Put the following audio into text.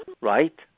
right